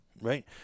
right